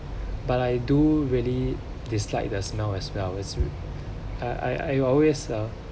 but I do really dislike the smell as well I I always are